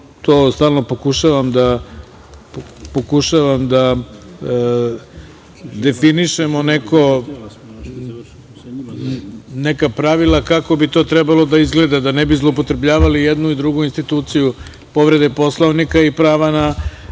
to stalno pokušavam da definišemo neka pravila kako bi to trebalo da izgleda da ne bi zloupotrebljavali jednu i drugu instituciju povrede Poslovnika i prava na